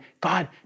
God